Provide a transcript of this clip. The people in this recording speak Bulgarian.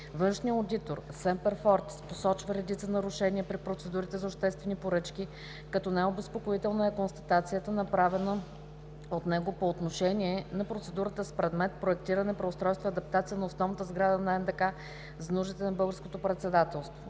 Външният одитор „Semper Fortis “ посочва редица нарушения при процедурите за обществени поръчки, като най-обезпокоителна е констатацията, направена от него, по отношение на процедурата с предмет „Проектиране, преустройство и адаптация на основната сграда на НДК за нуждите на Българското председателство“